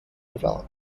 develop